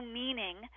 meaning